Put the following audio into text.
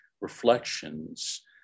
reflections